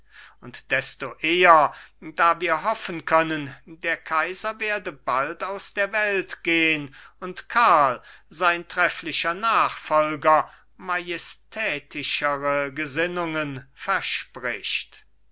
und desto eher da wir hoffen können der kaiser werde bald aus der welt gehn und karl sein trefflicher nachfolger majestätischere gesinnungen verspricht